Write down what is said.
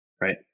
Right